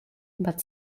bud